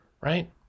right